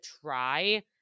try